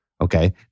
Okay